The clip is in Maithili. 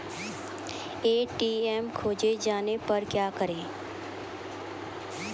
ए.टी.एम खोजे जाने पर क्या करें?